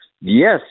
yes